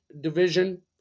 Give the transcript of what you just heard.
division